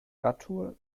radtour